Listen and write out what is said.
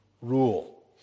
rule